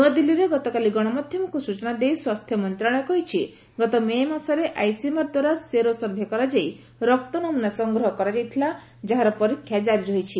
ନୂଆଦିଲ୍ଲୀରେ ଗତକାଲି ଗଣମାଧ୍ୟମକୁ ସୂଚନା ଦେଇ ସ୍ୱାସ୍ଥ୍ୟ ମନ୍ତ୍ରଣାଳୟ କହିଛି ଗତ ମେ ମାସରେ ଆଇସିଏମ୍ଆର୍ ସେରୋ ସର୍ଭେ କରାଯାଇ ରକ୍ତ ନମୁନା ସଂଗ୍ରହ କରାଯାଇଥିଲା ଯାହାର ପରୀକ୍ଷା ଜାରି ରହିଛି